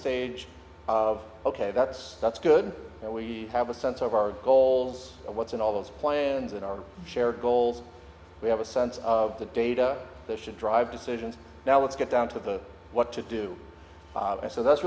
stage of ok that's that's good that we have a sense of our goals of what's in all those plans in our shared goals we have a sense of the data that should drive decisions now let's get down to the what to do and so that's